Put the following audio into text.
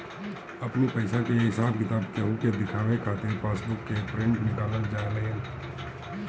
अपनी पईसा के हिसाब किताब केहू के देखावे खातिर पासबुक के प्रिंट निकालल जाएला